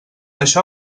això